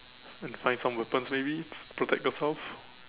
and find some weapons maybe protect yourself